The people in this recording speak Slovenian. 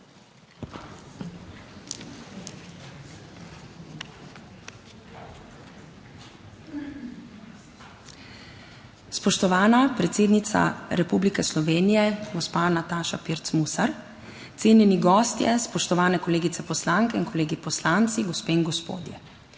Spoštovana predsednica Republike Slovenije, gospa Nataša Pirc Musar! Cenjeni gostje, spoštovane kolegice poslanke in kolegi poslanci, gospe in gospodje!